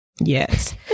yes